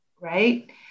right